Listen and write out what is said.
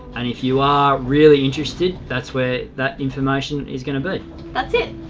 and if you are really interested, that's where that information is going to be thats it